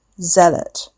Zealot